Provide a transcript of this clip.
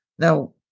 Now